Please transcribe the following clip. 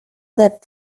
that